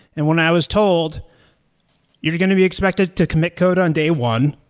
and when i was told you're going to be expected to commit code on day one,